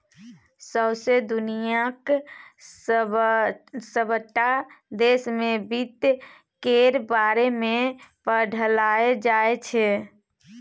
सौंसे दुनियाक सबटा देश मे बित्त केर बारे मे पढ़ाएल जाइ छै